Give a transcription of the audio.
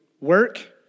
work